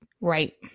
Right